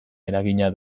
eragina